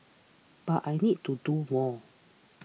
but I need to do more